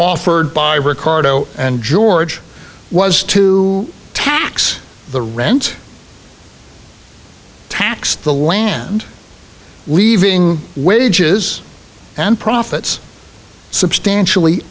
offered by ricardo and george was to tax the rent tax the land leaving wages and profits substantially